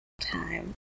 time